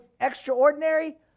extraordinary